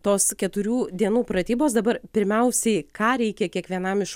tos keturių dienų pratybos dabar pirmiausiai ką reikia kiekvienam iš